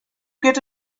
get